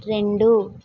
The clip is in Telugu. రెండు